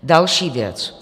Další věc.